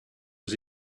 was